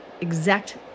exact